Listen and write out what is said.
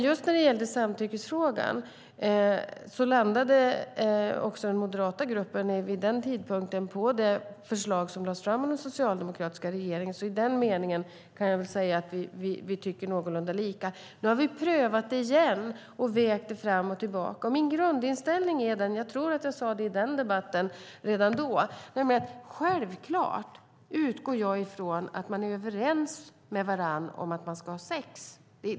Just när det gällde samtyckesfrågan landade också den moderata gruppen vid den tidpunkten på det förslag som lades fram av den socialdemokratiska regeringen, så i den meningen kan jag säga att vi tycker någorlunda lika. Nu har vi prövat detta igen och vägt det fram och tillbaka. Min grundinställning är - jag tror att jag sade det i debatten redan då - och självklart utgår jag från att man är överens med varandra om att man ska ha sex.